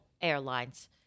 Airlines